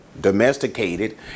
domesticated